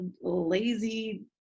lazy